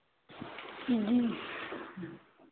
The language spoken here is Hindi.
जी